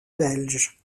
belge